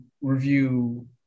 review